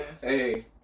Hey